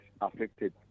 affected